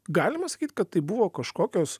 galima sakyt kad tai buvo kažkokios